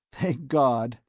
thank god!